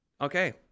okay